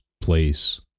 place